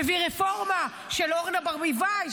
מביא רפורמה של אורנה ברביבאי,